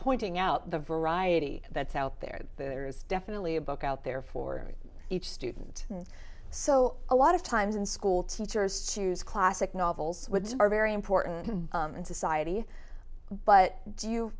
pointing out the variety that's out there there is definitely a book out there for each student and so a lot of times in school teachers choose classic novels are very important in society but do you